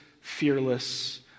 fearless